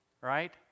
right